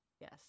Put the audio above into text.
Yes